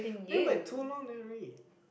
what you mean by too long never read